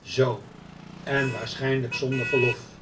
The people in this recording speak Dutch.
zoo en waarschijnlijk zonder verlof